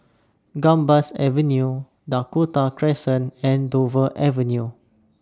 Gambas Avenue Dakota Crescent and Dover Avenue